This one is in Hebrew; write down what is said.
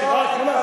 שורה אחרונה,